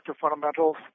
fundamentals